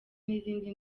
n’izindi